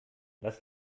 lass